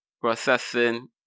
processing